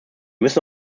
müssen